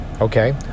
okay